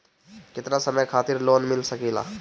केतना समय खातिर लोन मिल सकेला?